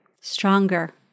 stronger